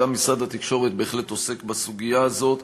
גם משרד התקשורת בהחלט עוסק בסוגיה הזאת.